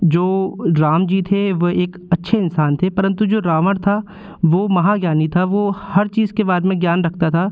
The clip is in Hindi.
जो राम जी थे वह एक अच्छे इंसान थे परंतु जो रावण था वह महाज्ञानी था वो हर चीज़ के बारे में ज्ञान रखता था